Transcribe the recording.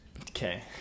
Okay